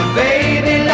baby